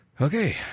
Okay